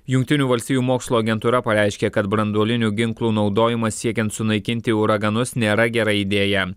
jungtinių valstijų mokslo agentūra pareiškė kad branduolinių ginklų naudojimas siekiant sunaikinti uraganus nėra gera idėja